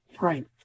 Right